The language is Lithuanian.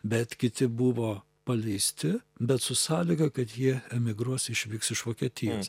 bet kiti buvo paleisti bet su sąlyga kad jie emigruos išvyks iš vokietijos